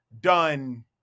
done